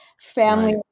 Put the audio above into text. family